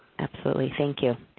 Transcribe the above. absolutely, thank you.